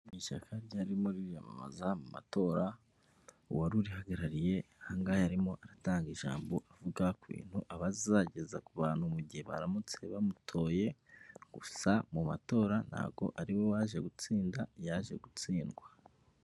Ishyaka ryarimo ryiyaamamaza mu matora uwari urihagarariye hanga harimo aratanga ijambo avuga ku bintu abazageza ku bantu mu gihe baramutse bamutoye, gusa mu matora ntago ariwe waje gutsinda yaje gutsindwa.